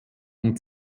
und